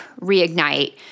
reignite